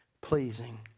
pleasing